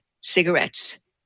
cigarettes